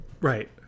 right